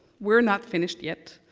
we're not finished yet,